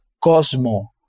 Cosmo